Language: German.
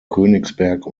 königsberg